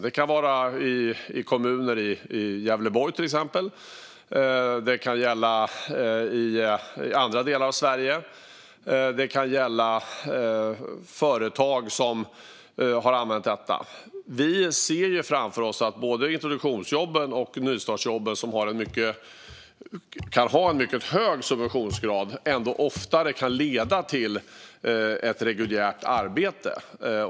Det kan vara i kommuner, till exempel i Gävleborg, det kan gälla i andra delar av Sverige och det kan gälla företag. Vi ser framför allt att både introduktionsjobben och nystartsjobben, som kan ha mycket hög subventionsgrad, ändå oftare kan leda till ett reguljärt arbete.